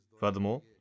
Furthermore